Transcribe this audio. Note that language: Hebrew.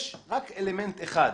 יש רק אלמנט אחד,